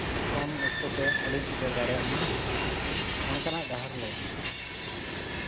ᱠᱚᱢ ᱚᱠᱛᱚ ᱛᱮ ᱚᱰᱮᱧ ᱥᱮᱴᱮᱨ ᱫᱟᱲᱮᱭᱟᱜ ᱢᱟ ᱚᱱᱠᱟᱱᱟᱜ ᱰᱟᱦᱟᱨ ᱞᱟᱹᱭ ᱢᱮ